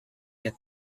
yet